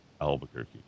Albuquerque